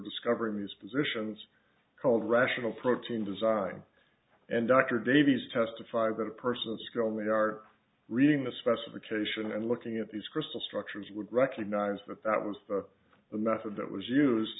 discovering these positions called rational protein design and dr davies testify that a person skilled when they are reading the specification and looking at these crystal structures would recognise that that was the method that was used